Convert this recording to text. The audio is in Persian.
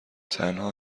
تنها